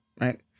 right